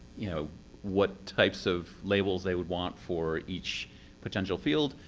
you know what types of labels they would want for each potential field.